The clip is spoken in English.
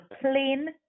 plain